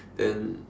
then